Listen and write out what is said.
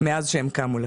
מאז שהם קמו לפחות.